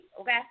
okay